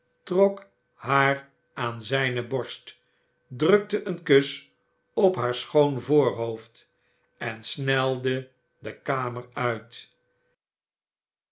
trok haar aan zijne borst drukte een kus op haar schoon voorhoofd en snelde de kamer uit